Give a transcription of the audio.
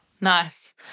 Nice